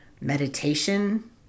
meditation